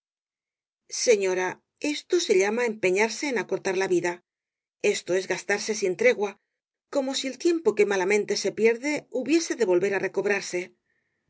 señora esto se llama empeñarse en acortar la vida esto es gastarse sin tregua como si el tiempo que malamente se pierde hubiese de volver á recobrarse